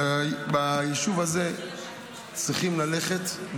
ביישוב הזה צריכים ללכת,